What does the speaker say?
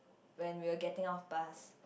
when we were getting off bus